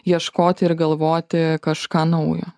ieškoti ir galvoti kažką naujo